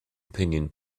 opinion